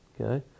okay